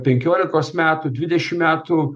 penkiolikos metų dvidešimt metų